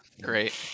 Great